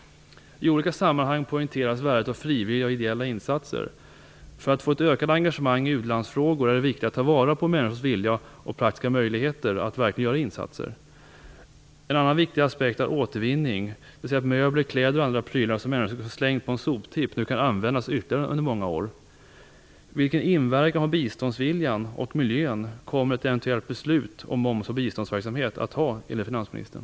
I olika sammanhang poängteras värdet av frivilliga och ideella insatser. För att få ett ökat engagemang i u-landsfrågor är det viktigt att ta vara på människors vilja och praktiska möjligheter att verkligen göra insatser. En annan viktig aspekt är återvinning, dvs. att möbler, kläder och andra prylar som annars skulle ha slängts på en soptipp nu kan användas ytterligare under många år. Vilken inverkan på biståndsviljan och miljön kommer ett eventuellt beslut om moms på biståndsverksamhet att ha enligt finansministern?